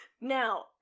Now